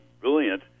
brilliant